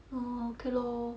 orh okay lor